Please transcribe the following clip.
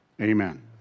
amen